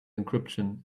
encryption